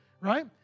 right